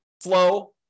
flow